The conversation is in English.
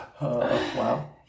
Wow